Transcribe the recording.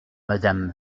madame